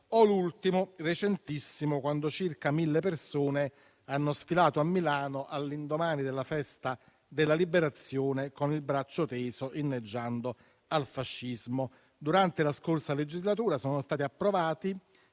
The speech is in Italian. episodio, recentissimo, in cui circa mille persone hanno sfilato a Milano, all'indomani della festa della Liberazione, con il braccio teso inneggiando al fascismo. Durante la scorsa legislatura, sono stati approvati